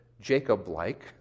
Jacob-like